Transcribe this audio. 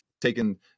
taken